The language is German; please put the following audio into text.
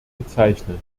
bezeichnen